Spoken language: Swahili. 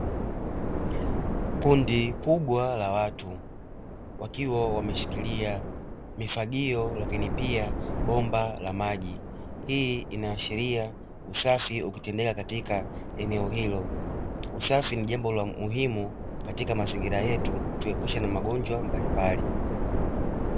Kundi kubwa la watu wakiwa wameshikilia mifagio lakini pia bomba la maji. Hii inaashiria usafi ukitendeka katika eneo hilo. Usafi ni jambo la muhimu katika mazingira yetu, kutuepusha na magonjwa mbalimbali.